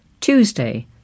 tuesday